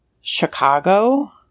Chicago